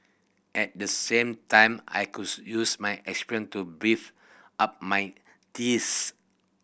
at the same time I could use my experience to beef up my thesis